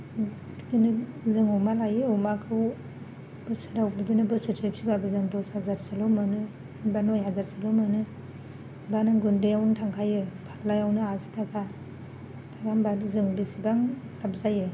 बिदिनो जों अमा लायो अमाखौ बोसोराव बिदिनो बोसोरसे फिबाबो जों दस हाजारसोल' मोनो बा नय हाजारसोल' मोनो बा नों गुन्दैयावनो थांखायो फाल्लायावनो आसि थाखा आसि थाखा बा जों बेसेबां लाब जायो